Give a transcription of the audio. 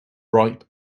ripe